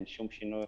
אין שום שינוי.